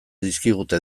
dizkigute